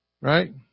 right